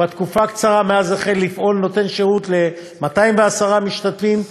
ובתקופה הקצרה מאז החל לפעול הוא נותן שירות ל-210 משתתפים,